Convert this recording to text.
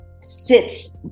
sits